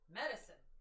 medicine